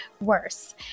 worse